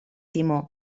timó